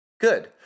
Good